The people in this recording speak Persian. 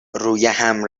رویهم